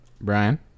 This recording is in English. Brian